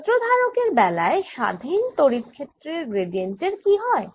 বজ্রধারক এর বেলায় স্বাধীন তড়িৎ ক্ষেত্রের গ্র্যাডিয়েন্ট এর কি হয়